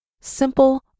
Simple